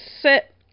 sit